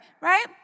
right